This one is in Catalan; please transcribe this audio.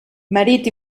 marit